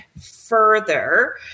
further